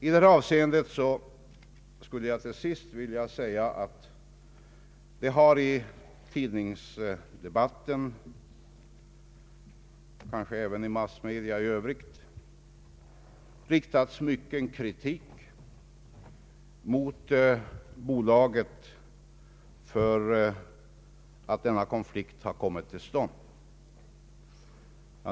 I detta avseende skulle jag till sist vilja säga att i tidningsdebatten, kanske även i massmedia i övrigt, har riktats mycken kritik mot bolaget för att denna konflikt har kommit till stånd.